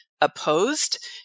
opposed